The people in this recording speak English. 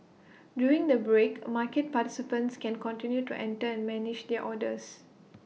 during the break market participants can continue to enter and manage their orders